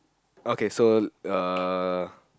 okay so uh